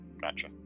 Gotcha